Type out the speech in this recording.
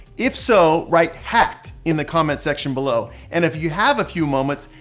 if so, write hacked in the comments section below, and if you have a few moments,